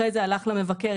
אחרי זה הלך למבקר,